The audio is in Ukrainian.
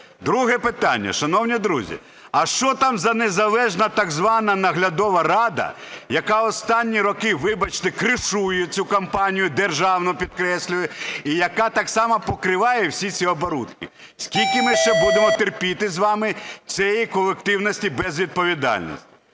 Друге питання. Шановні друзі, а що там за незалежна так звана наглядова рада, яка останні роки, вибачте, "кришує" цю компанію державну, підкреслюю, і яка так само покриває всі ці оборудки? Скільки ми ще будемо терпіти з вами цієї колективної безвідповідальності?